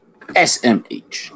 SMH